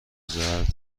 زرد